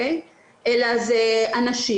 אנשים,